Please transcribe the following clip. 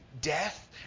death